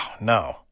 no